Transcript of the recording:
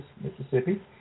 Mississippi